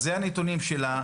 אלה הנתונים שלה.